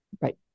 Right